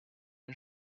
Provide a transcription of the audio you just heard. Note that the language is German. den